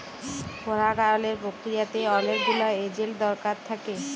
পরাগায়লের পক্রিয়াতে অলেক গুলা এজেল্ট দরকার থ্যাকে